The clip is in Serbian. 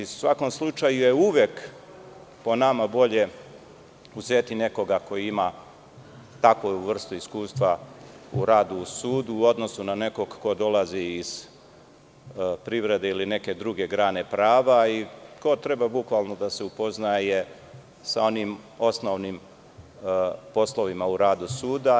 U svakom slučaju je uvek po nama bolje uzeti nekoga ko ima takvu vrstu iskustva u radu u sudu, u odnosu na nekog ko dolazi iz privrede ili neke druge grane prava, ko treba bukvalno da se upoznaje sa onim osnovnim poslovima u radu suda.